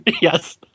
Yes